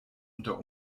unter